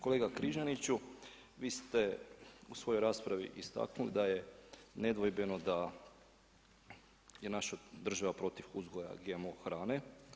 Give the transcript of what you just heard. Kolega Križaniću, vi ste u svojoj raspravi istaknuli da je nedvojbeno da je naša država protiv uzgoja GMO hrane.